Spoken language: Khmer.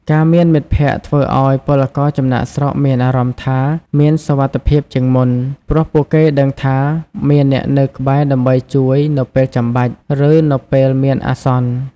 ការមានមិត្តភក្តិធ្វើឱ្យពលករចំណាកស្រុកមានអារម្មណ៍ថាមាន សុវត្ថិភាព ជាងមុន ព្រោះពួកគេដឹងថាមានអ្នកនៅក្បែរដើម្បីជួយនៅពេលចាំបាច់ ឬនៅពេលមានអាសន្ន ។